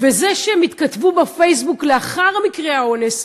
וזה שהם התכתבו בפייסבוק לאחר מקרה האונס,